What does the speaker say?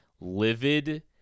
livid